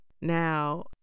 Now